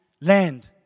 land